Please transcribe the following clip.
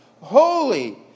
holy